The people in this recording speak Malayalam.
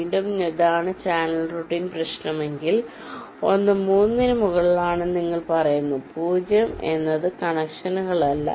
വീണ്ടും ഇതാണ് ചാനൽ റൂട്ടിംഗ് പ്രശ്നമെങ്കിൽ ഒന്ന് 3 ന് മുകളിലാണെന്ന് നിങ്ങൾ പറയുന്നു 0 എന്നത് കണക്ഷനുകളല്ല